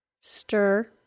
Stir